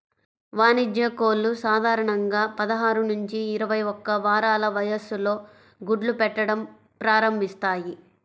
వాణిజ్య కోళ్లు సాధారణంగా పదహారు నుంచి ఇరవై ఒక్క వారాల వయస్సులో గుడ్లు పెట్టడం ప్రారంభిస్తాయి